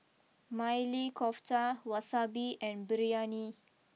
Maili Kofta Wasabi and Biryani